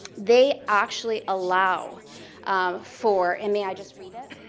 they actually allow um for and may i just read it?